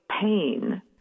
pain